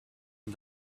and